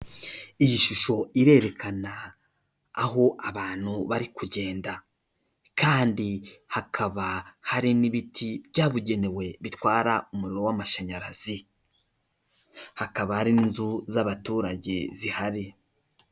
Iyi shusho irerekana aho abantu bari kugenda, kandi hakaba hari n'ibiti byabugenewe bitwara umuriro w'amashanyarazi. Hakaba hari n' inzu z'abaturage zihari.